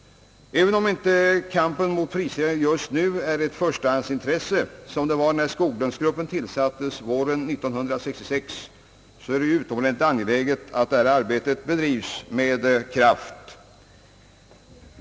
Även om inte kampen mot prisstegringarna är ett förstahandsintresse på samma sätt som den var när Skoglundsgruppen tillsattes våren 1966 är det utomordentligt angeläget att detta arbete bedrivs med kraft.